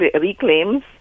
reclaims